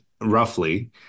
roughly